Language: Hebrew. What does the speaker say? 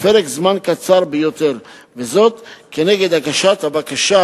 בפרק זמן קצר ביותר, כנגד הגשת בקשה,